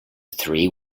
three